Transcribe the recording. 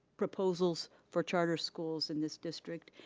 proposals for charter schools in this district,